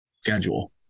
schedule